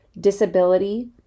disability